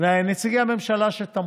ולנציגי הממשלה שתמכו,